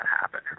happen